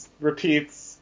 repeats